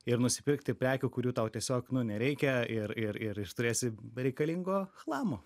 ir nusipirkti prekių kurių tau tiesiog nu nereikia ir ir ir ir turėsi bereikalingo chlamo